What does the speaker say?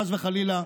חס וחלילה,